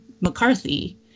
McCarthy